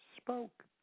spoke